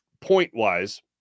point-wise